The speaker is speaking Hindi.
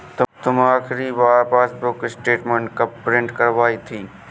तुमने आखिरी बार पासबुक स्टेटमेंट कब प्रिन्ट करवाई थी?